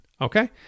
Okay